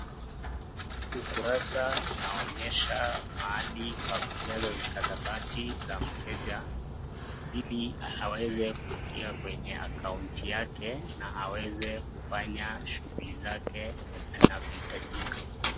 Ukurasa unaonyesha mahali pa kujaza stakabadhi za mteja ili aweze kuingia kwenye akaunti yake na aweze kufanya shughuli zake inavyohitajika.